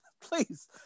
please